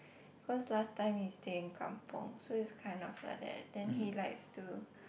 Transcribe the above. cause last time he stay in kampung so it's kind of like that then he likes to